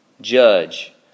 judge